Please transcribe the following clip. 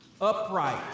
Upright